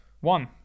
one